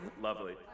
Lovely